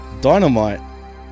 Dynamite